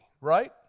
right